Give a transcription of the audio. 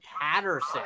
Patterson